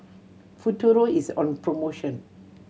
Futuro is on promotion